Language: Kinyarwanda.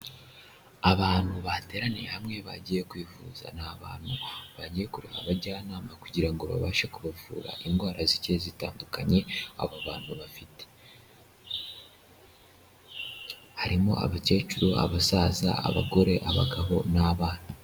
Abantu bateraniye hamwe bagiye kwivuza ni abantu bagiye kureba abajyanama kugira ngo babashe kubavura indwara zigiye zitandukanye abo bantu bafite, harimo abakecuru, abasaza, abagore, abagabo n'abana.